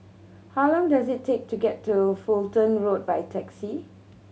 how long does it take to get to Fulton Road by taxi